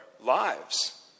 lives